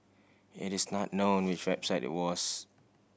it is not known which website it was